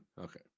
Okay